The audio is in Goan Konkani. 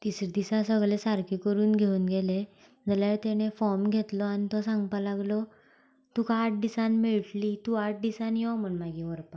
तिसरे दिसा सगळें सारकें करून घेवन गेलें जाल्यार तेणें फॉम घेतलो आनी तो सांगपा लागलो तुका आठ दिसान मेळटली तूं आठ दिसान यो म्हण मागीर व्हरपाक